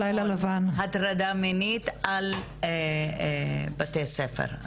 על בתי הספר,